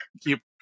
keep